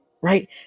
right